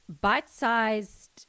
bite-sized